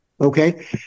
okay